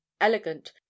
elegant